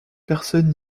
personne